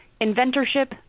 inventorship